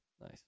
Nice